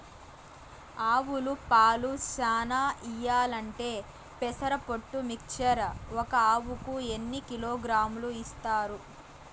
ఆవులు పాలు చానా ఇయ్యాలంటే పెసర పొట్టు మిక్చర్ ఒక ఆవుకు ఎన్ని కిలోగ్రామ్స్ ఇస్తారు?